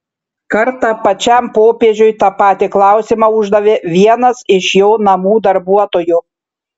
kartą pačiam popiežiui tą patį klausimą uždavė vienas iš jo namų darbuotojų